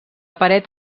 paret